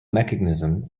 mechanism